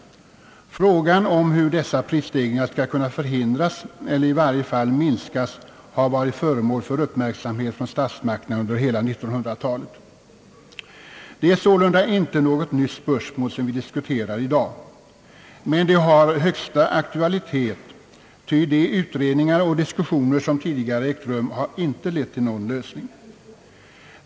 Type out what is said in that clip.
Frågan om hur dessa prisstegringar skall kunna förhindras eller i varje fall minskas har varit föremål för uppmärksamhet från statsmakterna under hela 1900-talet. Det är sålunda inte något nytt spörsmål som vi diskuterar i dag. Men det har högsta aktualitet, ty de utredningar och diskussioner som tidigare ägt rum har inte lett till någon lösning.